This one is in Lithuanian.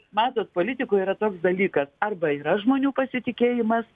matot politikoj yra toks dalykas arba yra žmonių pasitikėjimas